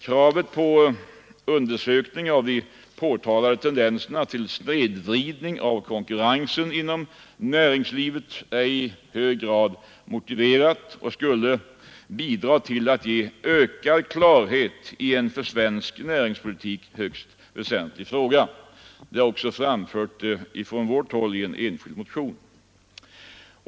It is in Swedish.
Kravet på undersökning av de påtalade tendenserna till snedvridning av konkurrensen inom näringslivet är i hög grad motiverat och skulle bidra till att ge ökad klarhet i en för svensk näringspolitik högst väsentlig fråga. Detta har också framförts från vårt håll i en enskild motion.